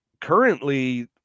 currently